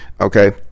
okay